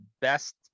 best